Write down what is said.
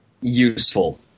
useful